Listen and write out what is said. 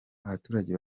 abaturage